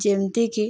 ଯେମିତିକି